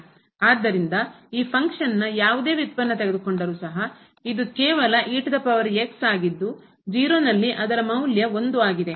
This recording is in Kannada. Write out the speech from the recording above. ಆದ್ದರಿಂದ ಈ ಫಂಕ್ಷನ್ನ ಕಾರ್ಯದ ಯಾವುದೇ ವ್ಯುತ್ಪನ್ನ ತೆಗೆದುಕೊಂಡರು ಸಹ ಇದು ಕೇವಲ ಘಾತೀಯ ಆಗಿದ್ದು 0 ನಲ್ಲಿ ಅದರ ಮೌಲ್ಯ 1 ಆಗಿದೆ